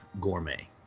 gourmet